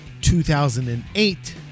2008